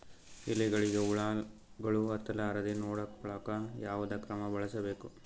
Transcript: ಎಲೆಗಳಿಗ ಹುಳಾಗಳು ಹತಲಾರದೆ ನೊಡಕೊಳುಕ ಯಾವದ ಕ್ರಮ ಬಳಸಬೇಕು?